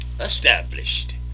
established